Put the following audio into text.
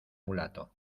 mulato